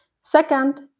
Second